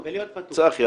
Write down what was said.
צחי,